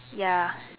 ya